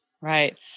Right